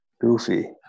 goofy